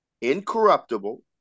incorruptible